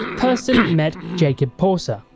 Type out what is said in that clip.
persson met jakob porser,